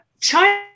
China